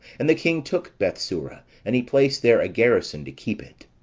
and the king took bethsura and he placed there a garrison to keep it.